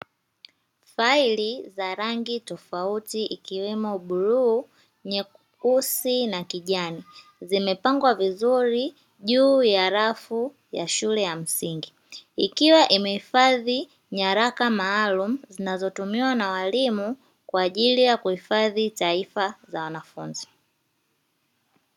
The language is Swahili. Faili za rangi tofauti ikiwemo bluu, nyeusi na kijani, zimepangwa vizuri juu ya rafu ya shule ya msingi, ikiwa imehifadhi nyaraka maalumu, zinazotumiwa na waalimu kwa ajili ya kuhifadhi taarifa za wanafunzi.